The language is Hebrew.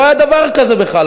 לא היה דבר כזה בכלל,